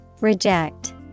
Reject